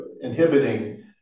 inhibiting